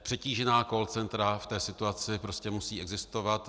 Přetížená call centra v té situaci prostě musí existovat.